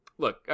Look